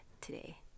today